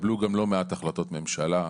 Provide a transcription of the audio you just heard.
והתקבלו גם לא מעט החלטות ממשלה.